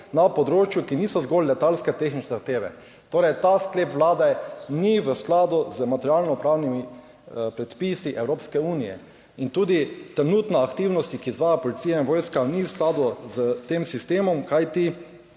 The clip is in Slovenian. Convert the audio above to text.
na področju, ki niso zgolj letalske tehnične zahteve. Torej, ta sklep Vlade ni v skladu z materialnopravnimi predpisi Evropske unije. Tudi trenutne aktivnosti, ki jih izvajata policija in vojska, niso v skladu s tem sistemom, kajti